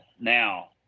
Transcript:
Now